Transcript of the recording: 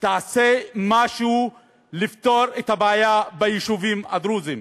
תעשה משהו לפתור את הבעיה ביישובים הדרוזיים.